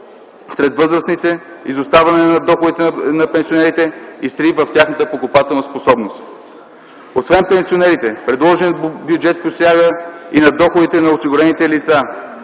сред възрастните, изоставане на доходите на пенсионерите и срив в тяхната покупателна способност. Освен на пенсионерите, предложеният бюджет посяга и на доходите на осигурените лица.